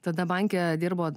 tada banke dirbo